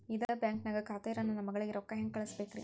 ಇದ ಬ್ಯಾಂಕ್ ನ್ಯಾಗ್ ಖಾತೆ ಇರೋ ನನ್ನ ಮಗಳಿಗೆ ರೊಕ್ಕ ಹೆಂಗ್ ಕಳಸಬೇಕ್ರಿ?